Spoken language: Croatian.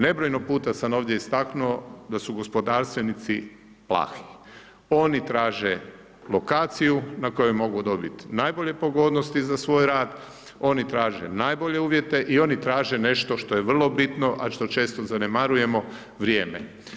Nebrojeno puta sam ovdje istaknuo da su gospodarstvenici plahi, oni traže lokaciju na koje mogu dobit najbolje pogodnosti za svoj rad, oni traže najbolje uvijete i oni traže nešto što je vrlo bitno, a što često zanemarujemo, vrijeme.